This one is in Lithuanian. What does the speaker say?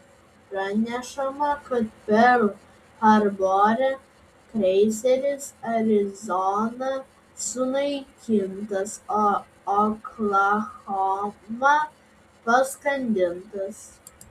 pranešama kad perl harbore kreiseris arizona sunaikintas o oklahoma paskandintas